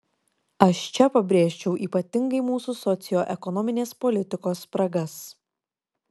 aš čia pabrėžčiau ypatingai mūsų socioekonominės politikos spragas